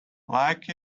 like